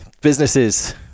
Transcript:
businesses